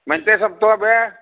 ಮೆಂತೆಸೊಪ್ಪು ತೊಗೋಪ್ಪಿ